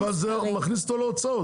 אבל זה מכניס אותו להוצאות.